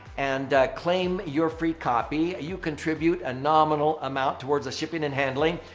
and claim your free copy ah you contribute a nominal amount towards the shipping and handling.